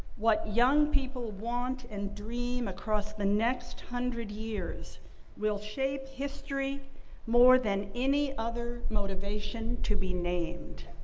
what young people want and dream across the next hundred years will shape history more than any other motivation to be named.